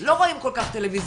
לא רואים כל כך טלוויזיה,